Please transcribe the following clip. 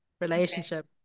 relationship